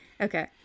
okay